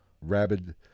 rabid